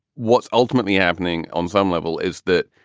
what's ultimately happening on some level is that.